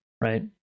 right